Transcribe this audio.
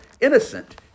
innocent